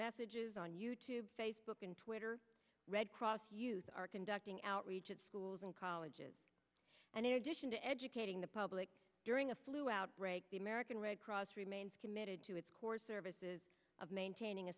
messages on you tube facebook and twitter red cross use our conducting outreach at schools and colleges and in addition to educating the public during a flu outbreak the american red cross remains committed to its core services of maintaining a